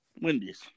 Wendy's